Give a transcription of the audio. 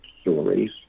stories